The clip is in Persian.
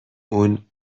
اون